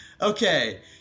Okay